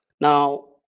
Now